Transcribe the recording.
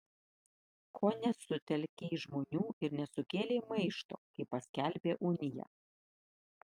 ko nesutelkei žmonių ir nesukėlei maišto kai paskelbė uniją